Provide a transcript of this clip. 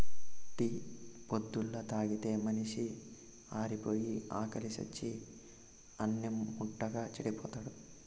tea పొద్దల్లా తాగితే మనిషి ఆరిపాయి, ఆకిలి సచ్చి అన్నిం ముట్టక చెడిపోతాడు